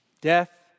Death